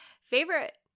favorite